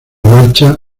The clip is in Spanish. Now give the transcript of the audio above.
marcha